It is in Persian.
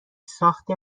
ساخت